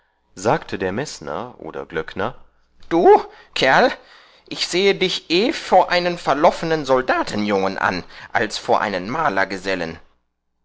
sagte der mesner oder glöckner du kerl ich sehe dich eh vor einen verloffenen soldatenjungen an als vor einen